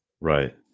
Right